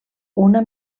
una